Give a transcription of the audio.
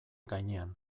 gainean